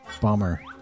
Bummer